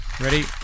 Ready